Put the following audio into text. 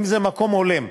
אם זה מקום הולם.